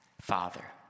Father